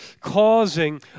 causing